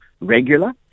regular